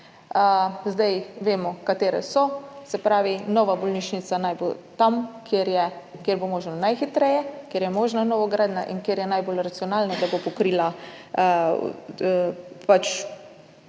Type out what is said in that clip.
Zdaj vemo, katere so. Se pravi, nova bolnišnica naj bo tam, kjer bo možno najhitreje, kjer je možna novogradnja in kjer je najbolj racionalna, da bo pokrila z